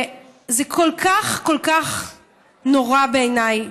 זה כל כך כל כך נורא בעיניי.